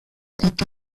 côté